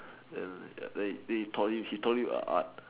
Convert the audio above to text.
then ya then he then he taught him he taught him a art